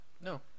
No